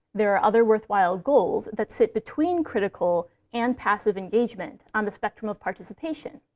there are other worthwhile goals that sit between critical and passive engagement on the spectrum of participation.